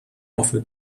offer